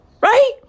Right